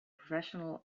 professional